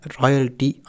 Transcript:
royalty